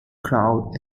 crowd